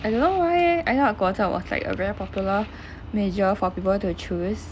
I don't know why leh I thought 国政 was like a very popular major for people to choose